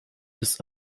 ist